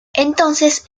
entonces